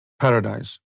paradise